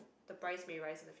the price may rise in the